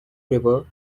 river